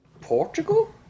Portugal